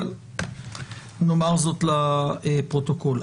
אבל נאמר זאת לפרוטוקול.